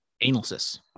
analysis